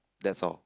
that's all